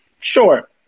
sure